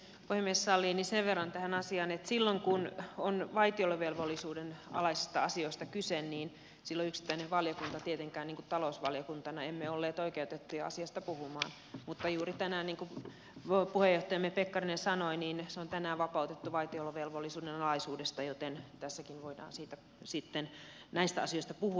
jos puhemies sallii niin sen verran tähän asiaan että silloin kun on vaitiolovelvollisuuden alaisista asioista kyse niin yksittäinen valiokunta ei tietenkään niin kuin talousvaliokunta ollut oikeutettu asiasta puhumaan mutta juuri tänään niin kuin puheenjohtajamme pekkarinen sanoi se on vapautettu vaitiolovelvollisuuden alaisuudesta joten tässäkin voidaan sitten näistä asioista puhua